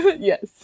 Yes